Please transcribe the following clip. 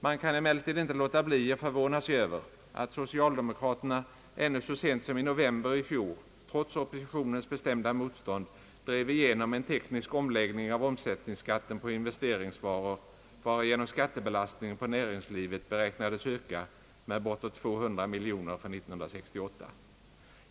Man kan emellertid inte låta bli att förvåna sig över att socialdemokraterna ännu så sent som i november i fjol trots oppositionens bestämda motstånd drev igenom en teknisk omläggning av omsättningsskatten på investeringsvaror, varigenom skattebelastningen på näringslivet beräknades öka med bortemot 200 miljoner kronor för 1968.